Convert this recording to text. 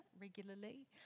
regularly